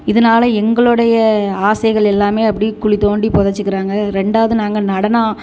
இதனால் எங்களோடைய ஆசைகள் எல்லாமே அப்படி குழி தோண்டி புதச்சிக்கிறாங்க ரெண்டாவது நாங்கள் நடனம்